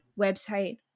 website